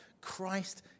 Christ